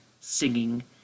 singing